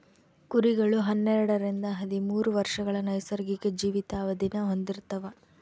ಕುರಿಗಳು ಹನ್ನೆರಡರಿಂದ ಹದಿಮೂರು ವರ್ಷಗಳ ನೈಸರ್ಗಿಕ ಜೀವಿತಾವಧಿನ ಹೊಂದಿರ್ತವ